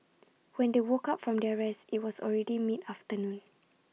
when they woke up from their rest IT was already mid afternoon